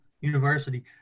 university